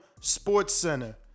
SportsCenter